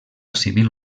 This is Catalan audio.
civil